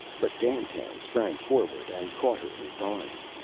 but dandtan sprang forward and caught her in his arms.